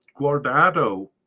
Guardado